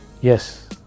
Yes